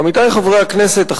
עמיתי חברי הכנסת,